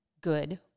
good